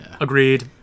Agreed